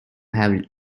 have